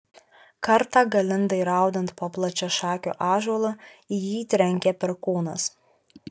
kartą galindai raudant po plačiašakiu ąžuolu į jį trenkė perkūnas